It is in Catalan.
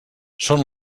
són